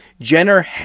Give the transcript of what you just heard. Jenner